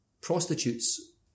prostitutes